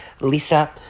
Lisa